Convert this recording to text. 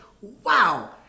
wow